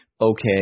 Okay